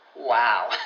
Wow